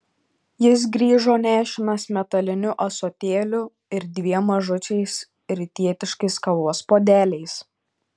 jis grįžo nešinas metaliniu ąsotėliu ir dviem mažučiais rytietiškais kavos puodeliais